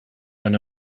when